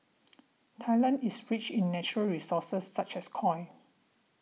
Thailand is rich in natural resources such as coal